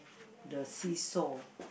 the seesaw